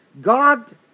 God